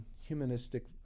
humanistic